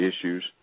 issues